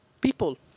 people